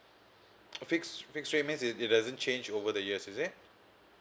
fixed fixed rate means it doesn't change over the years is it